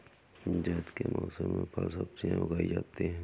ज़ैद के मौसम में फल सब्ज़ियाँ उगाई जाती हैं